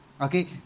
Okay